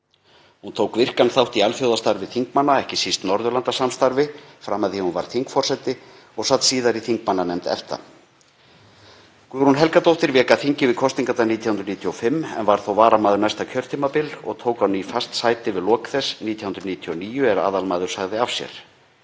Hún tók virkan þátt í alþjóðastarfi þingmanna, ekki síst Norðurlandasamstarfi, fram að því að hún varð þingforseti, og sat síðar í þingmannanefnd EFTA. Guðrún Helgadóttir vék af þingi við kosningarnar 1995, en var þó varamaður næsta kjörtímabil og tók á ný fast sæti við lok þess árið 1999 er aðalmaður sagði af sér.